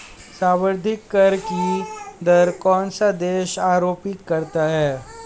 सर्वाधिक कर की दर कौन सा देश आरोपित करता है?